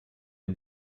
est